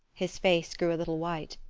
his face grew a little white.